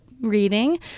reading